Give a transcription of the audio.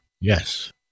Yes